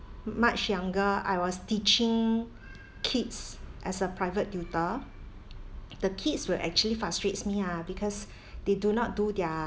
much younger I was teaching kids as a private tutor the kids will actually frustrates me ah because they do not do their